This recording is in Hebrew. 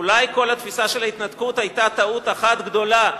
אולי כל התפיסה של ההתנתקות היתה טעות אחת גדולה,